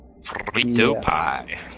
Frito-Pie